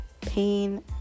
pain